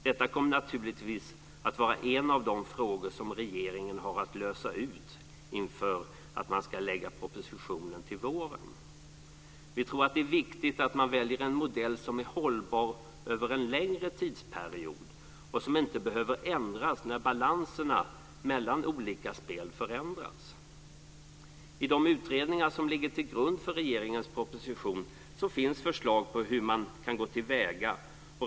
Det kommer naturligtvis att vara en av de frågor som regeringen har att lösa inför att man ska lägga fram propositionen till våren. Vi tror att det är viktigt att man väljer en modell som är hållbar över en längre tidsperiod och som inte behöver ändras när balanserna mellan olika spel förändras. I de utredningar som ligger till grund för regeringens proposition finns förslag på hur man kan gå till väga.